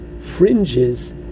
fringes